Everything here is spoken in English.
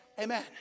Amen